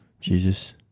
Jesus